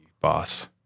Boss